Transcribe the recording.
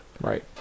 Right